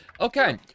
Okay